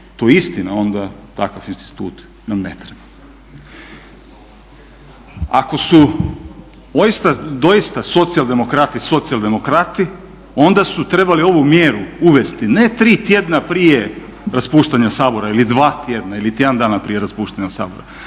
je to istina onda takav institut nam ne treba. Ako su doista socijaldemokrati socijaldemokrati onda su trebali ovu mjeru uvesti ne tri tjedna prije raspuštanja Sabora ili dva tjedna ili tjedan dana prije raspuštanja Sabora